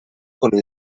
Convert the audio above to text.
con